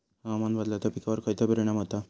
हवामान बदलाचो पिकावर खयचो परिणाम होता?